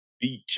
Beach